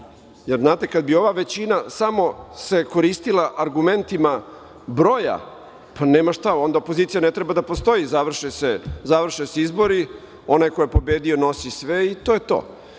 Znate, kada bi ova većina samo se koristila argumentima broja, pa nema šta, onda opozicija ne treba da postoji. Završe se izbori, onaj ko je pobedio nosi sve i to je to.